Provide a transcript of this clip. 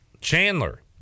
chandler